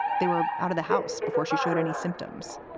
they were out of the house before she showed any symptoms.